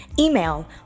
Email